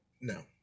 no